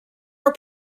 our